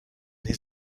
his